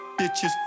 bitches